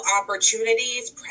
opportunities